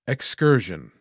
Excursion